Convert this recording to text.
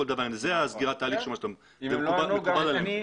מקובל עלינו.